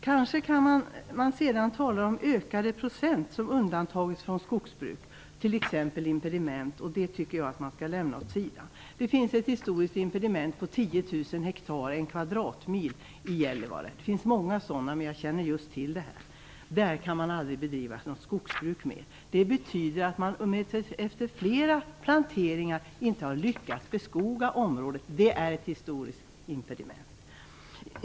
Kanske kan man sedan tala om ökade procentsatser som har undantagits från skogsbruk, t.ex. impediment. Det tycker jag att man skall lämna åt sidan. Det finns ett historiskt impediment på 10 000 hektar, en kvadratmil, i Gällivare. Det finns många sådana områden, men jag känner till just det här. Där kan man aldrig mera bedriva något skogsbruk. Det betyder att man efter flera planteringar inte har lyckats beskoga området. Det är ett historiskt impediment.